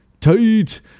Tight